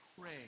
pray